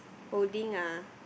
holding a